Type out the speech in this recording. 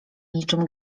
niczym